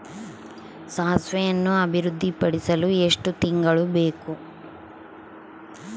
ಸಾಸಿವೆಯನ್ನು ಅಭಿವೃದ್ಧಿಪಡಿಸಲು ಎಷ್ಟು ತಿಂಗಳು ಬೇಕು?